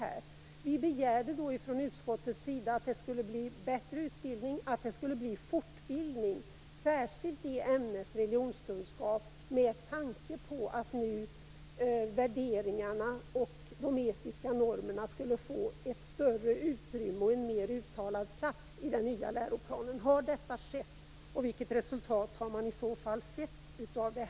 Vi begärde från utskottets sida att utbildningen skulle bli bättre och att lärarna skulle få fortbildning, särskilt i ämnet religionskunskap med tanke på att värderingar och etiska normer skulle få ett större utrymme och en mer uttalad plats i den nya läroplanen. Har detta skett? Vilket resultat har man i så fall sett av det?